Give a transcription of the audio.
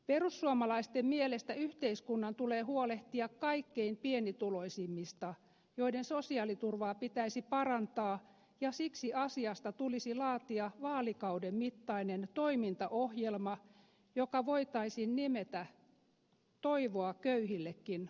perussuomalaisten mielestä yhteiskunnan tulee huolehtia kaikkein pienituloisimmista joiden sosiaaliturvaa pitäisi parantaa ja siksi asiasta tulisi laatia vaalikauden mittainen toimintaohjelma joka voitaisiin nimetä toivoa köyhillekin ohjelmaksi